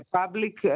public